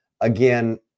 again